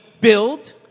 build